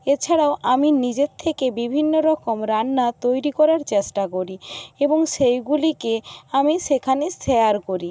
এছাড়াও আমি নিজের থেকে বিভিন্ন রকম রান্না তৈরি করার চেষ্টা করি এবং সেইগুলিকে আমি সেখানে শেয়ার করি